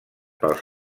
pels